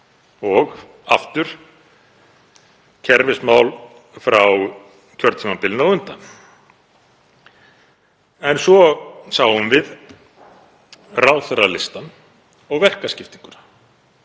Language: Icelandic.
og aftur kerfismál frá kjörtímabilinu á undan. En svo sáum við ráðherralistann og verkaskiptinguna,